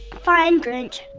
fine, grinch.